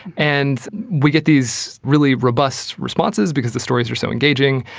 and we get these really robust responses because the stories are so engaging,